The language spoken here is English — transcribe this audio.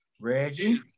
Reggie